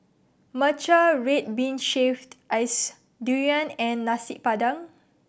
matcha red bean shaved ice durian and Nasi Padang